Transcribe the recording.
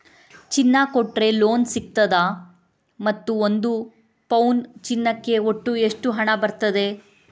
ಚಿನ್ನ ಕೊಟ್ರೆ ಲೋನ್ ಸಿಗ್ತದಾ ಮತ್ತು ಒಂದು ಪೌನು ಚಿನ್ನಕ್ಕೆ ಒಟ್ಟು ಎಷ್ಟು ಹಣ ಬರ್ತದೆ?